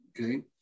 okay